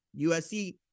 USC